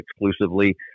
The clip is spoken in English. exclusively